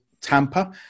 Tampa